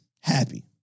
happy